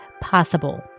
possible